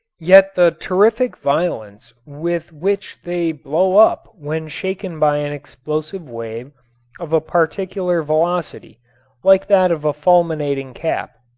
yet the terrific violence with which they blow up when shaken by an explosive wave of a particular velocity like that of a fulminating cap.